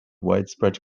widespread